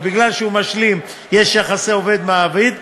וכיוון שהוא משלים יש יחסי עובד מעביד.